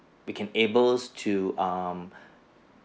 we can able to um